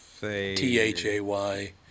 T-H-A-Y